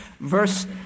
verse